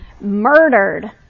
murdered